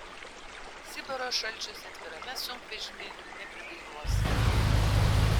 sibiro šalčiuose atvirame sunkvežimy nepridainuosi